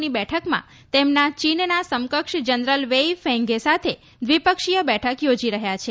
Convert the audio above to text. ની બેઠકમાં તેમના ચીનના સમકક્ષ જનરલ વેઈ ફેંઘે સાથે દ્વિપક્ષીય બેઠક યોજી રહ્યા છે